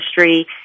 industry